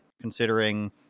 Considering